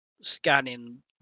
scanning